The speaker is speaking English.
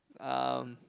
um